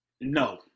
No